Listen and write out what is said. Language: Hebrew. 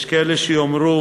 יש כאלה שיאמרו